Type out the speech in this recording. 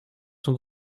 sont